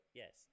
yes